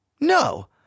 no